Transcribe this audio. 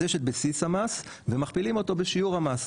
אז יש את בסיס המס, ומכפילים אותו בשיעור המס.